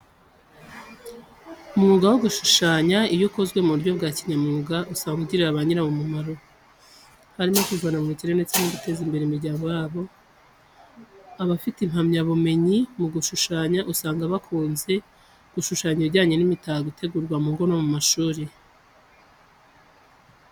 Umwuga wo gushushanya iyo ukozwe mu buryo bwa kinyamwuga, usanga ugirira ba nyirawo umumaro, harimo kwivana mu bukene ndetse no guteza imbere imiryango yabo. Abafite impamyabumenyi mu gushushanya, usanga bakunze gushushanya ibijyanye n'imitako itegurwa mu ngo no mu mashuri.